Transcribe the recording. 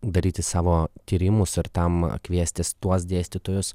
daryti savo tyrimus ir tam kviestis tuos dėstytojus